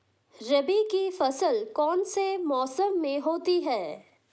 रबी की फसल कौन से मौसम में होती है?